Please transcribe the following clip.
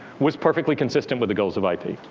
was perfectly consistent with the goals of ip.